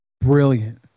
Brilliant